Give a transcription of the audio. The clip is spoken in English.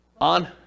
On